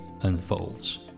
unfolds